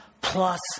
plus